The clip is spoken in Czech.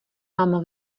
mám